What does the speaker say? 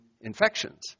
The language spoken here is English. infections